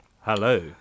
hello